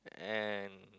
and